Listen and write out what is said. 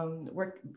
work